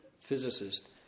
physicist